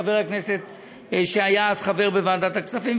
חבר הכנסת שהיה אז חבר בוועדת הכספים,